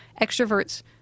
extroverts